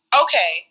okay